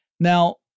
Now